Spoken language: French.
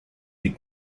des